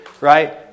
right